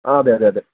ആ അതെ അതെ അതെ